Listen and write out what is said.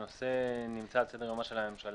הנושא נמצא על סדר יומה של הממשלה.